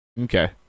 Okay